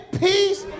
peace